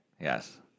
yes